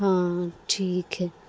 ہاں ٹھیک ہے